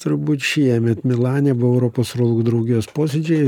turbūt šiemet milane buvo europos urologų draugijos posėdžiai